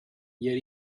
yet